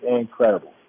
incredible